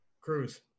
cruz